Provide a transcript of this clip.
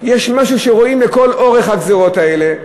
יש משהו שרואים לאורך כל הגזירות האלה,